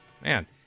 Man